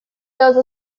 oso